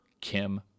Kim